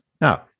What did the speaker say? Now